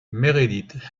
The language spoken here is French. meredith